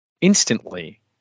Instantly